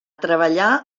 treballar